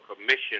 Commission